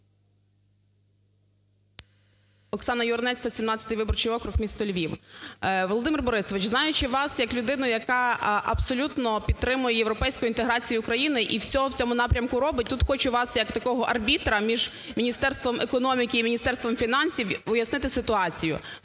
ОксанаЮринець, 117 виборчий округ, місто Львів. Володимир Борисович, знаючи вас як людину, яка абсолютно підтримує європейську інтеграцію України і все в цьому напрямку робить, тут хочу вас як такого арбітра між Міністерством економіки і Міністерством фінансів уяснити ситуацію.